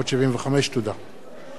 חבר הכנסת שכיב שנאן